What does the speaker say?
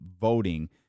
voting